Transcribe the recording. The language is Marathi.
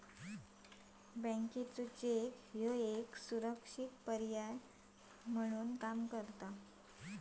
चेक एका सुरक्षित पर्यायाच्या रुपात काम करता